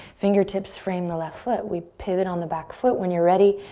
fingertips frame the left foot. we pivot on the back foot. when you're ready,